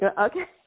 Okay